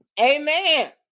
Amen